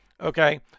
okay